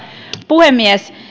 puhemies